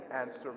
answer